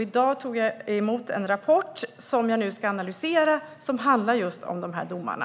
I dag tog jag emot en rapport som jag nu ska analysera och som handlar just om de här domarna.